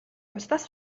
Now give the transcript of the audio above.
бусдаас